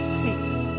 peace